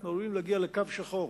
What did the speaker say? אנחנו עלולים להגיע לקו שחור.